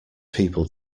people